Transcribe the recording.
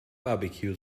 barbecue